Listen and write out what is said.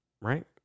right